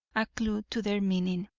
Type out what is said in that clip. a clew to their meaning.